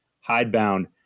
hidebound